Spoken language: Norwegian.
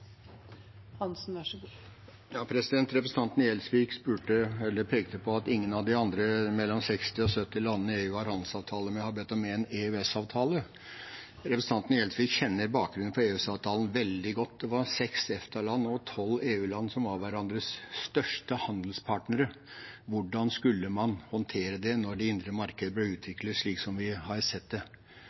Representanten Gjelsvik pekte på at ingen av de andre mellom 60 og 70 landene EU har handelsavtale med, har bedt om en EØS-avtale. Representanten Gjelsvik kjenner bakgrunnen for EØS-avtalen veldig godt. Det var seks EFTA-land og tolv EU-land som var hverandres største handelspartnere. Hvordan skulle man håndtere det når det indre marked ble utviklet slik som vi har sett det?